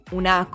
una